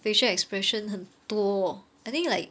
facial expression 很多 I think like